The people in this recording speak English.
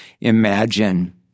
imagine